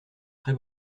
très